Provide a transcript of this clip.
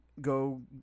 go